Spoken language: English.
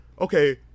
Okay